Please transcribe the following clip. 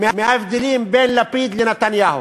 מההבדלים בין לפיד לנתניהו,